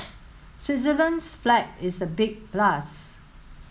Switzerland's flag is a big plus